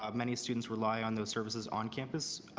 um many students rely on those services on campus.